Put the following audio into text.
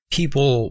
people